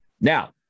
Now